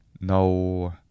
No